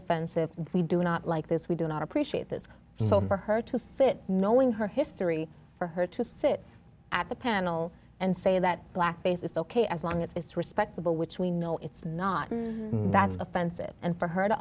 offensive we do not like this we do not appreciate this so for her to sit knowing her history for her to sit at the panel and say that blackface is ok as long as it's respectable which we know it's not that's offensive and for her to